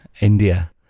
India